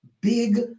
big